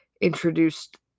introduced